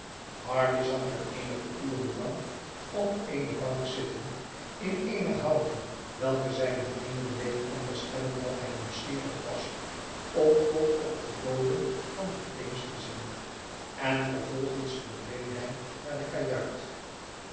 hardy zag men eenige uren lang op eene bank zitten in eene houding welke zijne vrienden deed onderstellen dat hij nieuwsgierig wasom tot op den bodem van den teems te zien en vervolgens verdween hij naar de kajuit